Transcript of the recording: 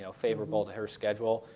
you know favorable to her schedule.